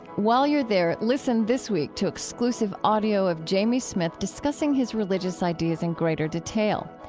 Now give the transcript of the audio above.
while you're there, listen this week to exclusive audio of jamie smith discussing his religious ideas in greater detail.